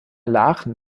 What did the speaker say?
lachen